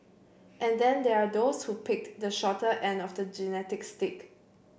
and then there are those who picked the shorter end of the genetic stick